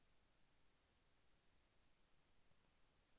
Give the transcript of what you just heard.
నేను రెండు రకాల భీమాలు ఒకేసారి కట్టడానికి వీలుందా?